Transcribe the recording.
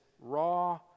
raw